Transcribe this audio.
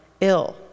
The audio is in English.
ill